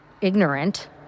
ignorant